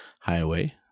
Highway